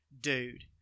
dude